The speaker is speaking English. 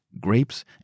grapes